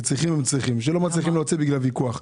כי צריכים, הם צריכים, וכשלא מצליחים בגלל ויכוח.